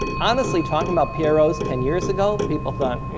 honestly talking about pros ten years ago, people thought,